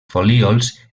folíols